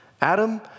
Adam